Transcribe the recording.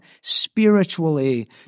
spiritually